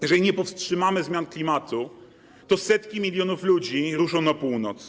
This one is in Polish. Jeżeli nie powstrzymamy zmian klimatu, to setki milionów ludzi ruszą na północ.